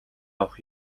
авах